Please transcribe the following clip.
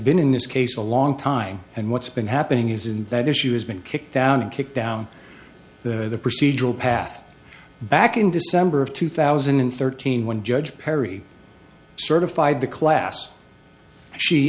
been in this case a long time and what's been happening is in that issue has been kicked down and kicked down the procedural path back in december of two thousand and thirteen when judge perry certified the class she